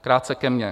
Krátce ke mně.